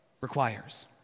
requires